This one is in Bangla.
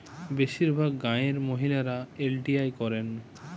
বেশিরভাগ গাঁয়ের মহিলারা এল.টি.আই করেন